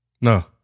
No